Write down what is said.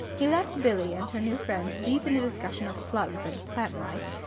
he left billie and her new friend deep in a discussion of slugs and plant-lice,